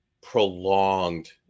prolonged